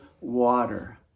water